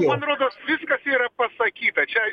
man rodos viskas yra pasakyta čia